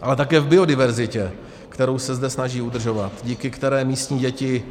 Ale také v biodiverzitě, kterou se zde snaží udržovat, díky které místní děti